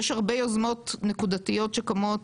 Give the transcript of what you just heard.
יש הרבה יוזמות נקודתיות שקמות,